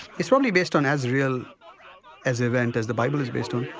it's probably based on as real as event as the bible is based on.